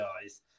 guys